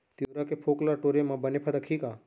तिंवरा के फोंक ल टोरे म बने फदकही का?